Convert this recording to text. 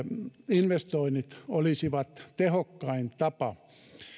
investoinnit olisivat tehokkain tapa